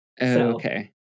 Okay